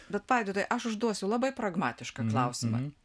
bet vaidotai aš užduosiu labai pragmatišką klausimą